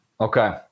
Okay